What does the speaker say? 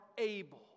able